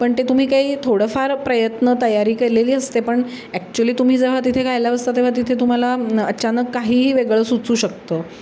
पण ते तुम्ही काही थोडंफार प्रयत्न तयारी केलेली असते पण ॲक्चुली तुम्ही जेव्हा तिथे गायला बसता तेव्हा तिथे तुम्हाला न अचानक काहीही वेगळं सुचू शकतं